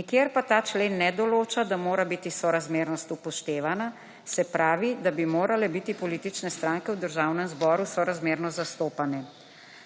nikjer pa ta člen ne določa, da mora biti sorazmernost upoštevana se pravi, da bi morale biti politične stranke v Državnem zboru sorazmerno zastopane.